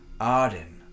Arden